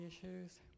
issues